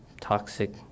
toxic